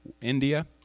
India